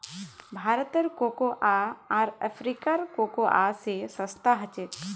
भारतेर कोकोआ आर अफ्रीकार कोकोआ स सस्ता छेक